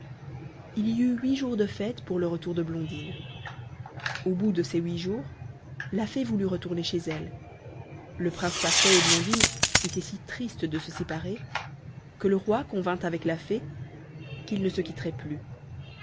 il y eut huit jours de fêtes pour le retour de blondine au bout de ces huit jours la fée voulut retourner chez elle le prince parfait et blondine étaient si tristes de se séparer que le roi convint avec la fée qu'ils ne se quitteraient plus